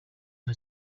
nta